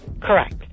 Correct